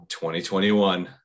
2021